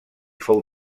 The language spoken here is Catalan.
fou